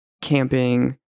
camping